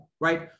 right